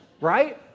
Right